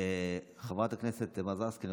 חברת הכנסת מזרסקי,